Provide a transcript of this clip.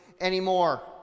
anymore